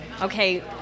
okay